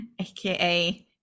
aka